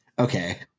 Okay